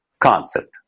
concept